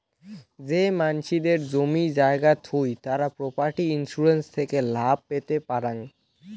যেই মানসিদের জমি জায়গা থুই তারা প্রপার্টি ইন্সুরেন্স থেকে লাভ পেতে পারাং